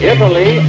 Italy